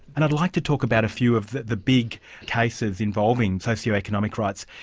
and i'd like to talk about a few of the the big cases involving socioeconomic rights.